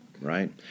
right